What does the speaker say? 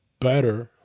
better